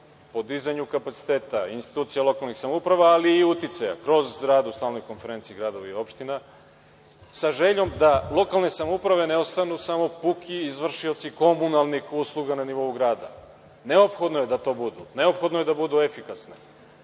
podizanju kapaciteta institucija lokalnih samouprava, ali i uticaja kroz rad u stalnoj konferenciji gradova i opština, sa željom da lokalne samouprave ne ostanu samo puki izvršioci komunalnih usluga na nivou grada. Neophodno je da to budu, neophodno je da budu efikasni,